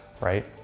right